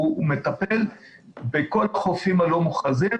והוא מטפל בכל החופים הלא מוכרזים.